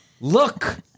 look